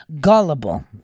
gullible